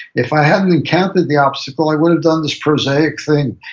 if i hadn't encountered the obstacle, i would have done this prosaic thing,